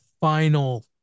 final